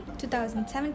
2017